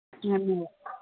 ଧନ୍ୟବାଦ